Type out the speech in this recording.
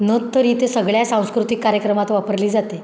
नथ तर इथे सगळ्या सांस्कृतिक कार्यक्रमात वापरली जाते